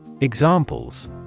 Examples